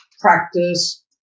practice